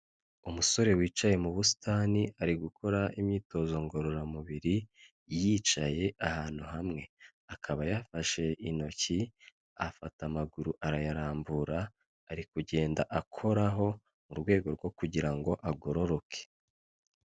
Umusore wicaye mu busitani ari gukora imyitozo ngororamubiri, yicaye ahantu hamwe akaba yafashe intoki afata amaguru arayarambura ari kugenda akoraho, mu rwego rwo kugira ngo agororoke.